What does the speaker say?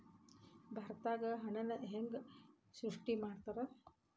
ಭಾರತದಾಗ ಹಣನ ಹೆಂಗ ಸೃಷ್ಟಿ ಮಾಡ್ತಾರಾ